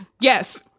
Yes